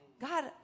God